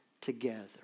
together